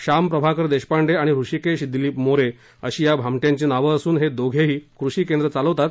शाम प्रभाकर देशपांडे आणि ऋषिकेश दिलीप मोरे अशी या भामट्यांची नावं असून हे दोघेही कृषी केंद्र चालवितात